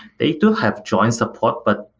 they do have choice support, but